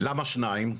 למה שניים?